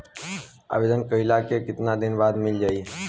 आवेदन कइला के कितना दिन बाद मिल जाई?